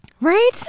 Right